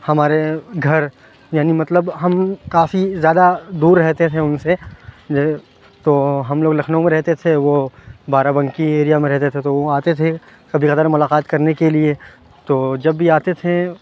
ہمارے گھر یعنی مطلب ہم کافی زیادہ دور رہتے تھے ان سے تو ہم لوگ لكھنؤ میں رہتے تھے وہ بارہ بنکی ایریا میں رہتے تھے تو وہ آتے تھے کبھی اگر ملاقات کرنے کے لیے تو جب بھی آتے تھے